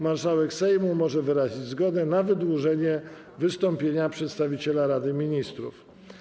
Marszałek Sejmu może wyrazić zgodę na wydłużenie wystąpienia przedstawiciela Rady Ministrów.